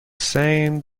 same